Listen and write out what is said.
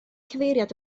cyfeiriad